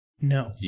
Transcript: No